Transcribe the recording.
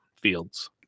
fields